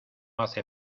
hace